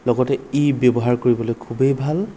লগতে ই ব্যৱহাৰ কৰিবলৈ খুবেই ভাল